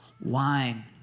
wine